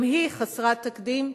גם היא חסרת תקדים,